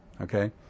Okay